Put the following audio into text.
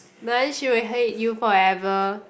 then she will hate you forever